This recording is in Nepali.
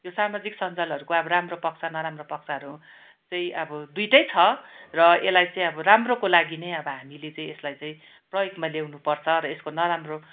यो सामाजिक सञ्जालहरूको अब राम्रो पक्ष नराम्रो पक्षहरू चाहिँ अब दुइटै छ र यसलाई चाहिँ अब राम्रोको लागि नै हामीले चाहिँ यसलाई चाहिँ प्रयोगमा ल्याउनु पर्छ र यसको नराम्रो